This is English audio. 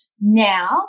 now